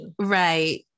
right